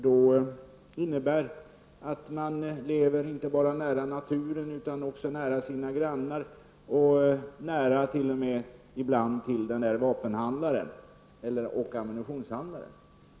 Det innebär inte bara att man lever nära naturen utan också nära sina grannar och ibland t.o.m. till vapenhandlaren och ammunitionshandlaren.